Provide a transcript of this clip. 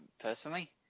personally